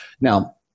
Now